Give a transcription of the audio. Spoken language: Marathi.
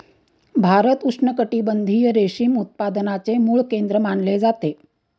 भारत उष्णकटिबंधीय रेशीम उत्पादनाचे मूळ केंद्र मानले जाते